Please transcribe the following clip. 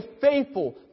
faithful